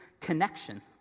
connection